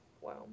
Wow